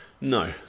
no